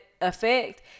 effect